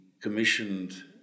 commissioned